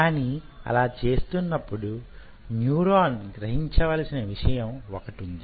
కానీ అలా చేస్తునప్పుడు న్యూరాన్ గ్రహించవలసిన విషయం వొకటుంది